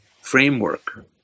framework